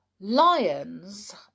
Lions